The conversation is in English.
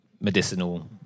medicinal